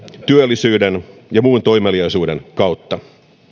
työllisyyden ja muun toimeliaisuuden kautta